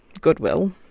goodwill